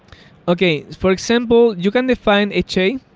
okay. for example, you can define ha.